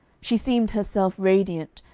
she seemed herself radiant,